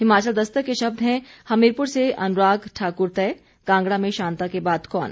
हिमाचल दस्तक के शब्द हैं हमीरपुर से अनुराग ठाकुर तय कांगड़ा में शांता के बाद कौन